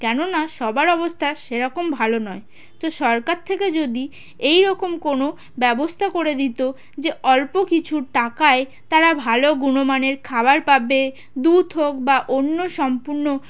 কেননা সবার অবস্থা সেরকম ভালো নয় তো সরকার থেকে যদি এইরকম কোনও ব্যবস্থা করে দিতো যে অল্প কিছু টাকায় তারা ভালো গুণমানের খাবার পাবে দুথ হোক বা অন্য সম্পূর্ণ